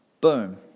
boom